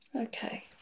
Okay